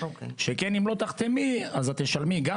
שכן אם לא תחתמי אז את תשלמי גם